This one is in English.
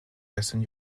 western